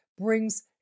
brings